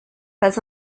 pas